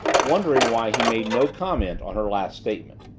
wondering why he made no comment on her last statement.